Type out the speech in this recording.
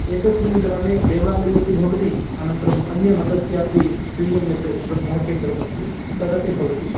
एकस्मिन् ग्रामे देवालयोऽपि भवति अनन्तरम् अन्य मतस्यापि स्वीयं यत् श्रद्धाकेन्द्रम् अस्ति तदपि भवति